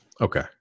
Okay